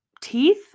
teeth